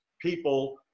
people